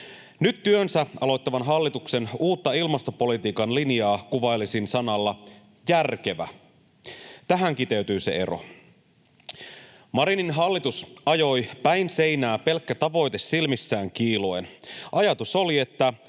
Nyt työnsä aloittavan hallituksen uutta ilmastopolitiikan linjaa kuvailisin sanalla ”järkevä”, tähän kiteytyy se ero. Marinin hallitus ajoi päin seinää pelkkä tavoite silmissään kiiluen. Ajatus oli, että